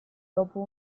dopo